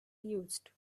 used